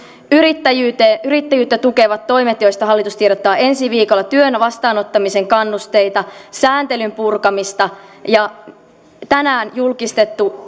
yrittäjyyttä yrittäjyyttä tukevat toimet joista hallitus tiedottaa ensi viikolla työn vastaanottamisen kannusteita sääntelyn purkamista ja tänään julkistettu